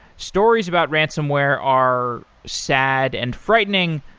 stories about ransomware are sad and frightening,